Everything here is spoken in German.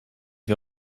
wir